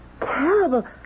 terrible